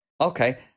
Okay